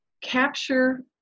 capture